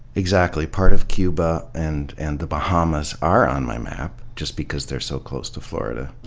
exactly. part of cuba and and the bahamas are on my map, just because they're so close to florida.